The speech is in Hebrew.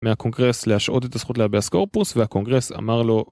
מהקונגרס להשהות את הזכות להביאס קורפוס, והקונגרס אמר לו